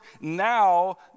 now